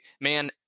man